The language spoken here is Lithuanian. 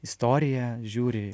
istoriją žiūri